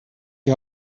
die